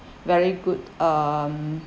very good um